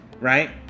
right